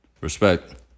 respect